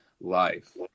life